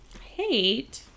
hate